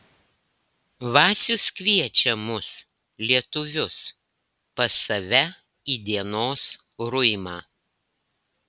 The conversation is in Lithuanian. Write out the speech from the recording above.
vacius kviečia mus lietuvius pas save į dienos ruimą